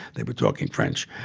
they were talking french.